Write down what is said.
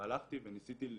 והלכתי וניסיתי.